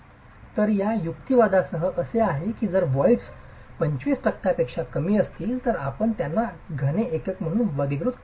तर या युक्तिवादासह असे आहे की जर व्होईड्स 25 टक्क्यांपेक्षा कमी असतील तर आपण त्यांना घन एकके म्हणून वर्गीकृत करू शकता